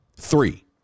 Three